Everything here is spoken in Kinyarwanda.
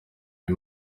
uyu